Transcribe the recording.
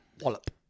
Wallop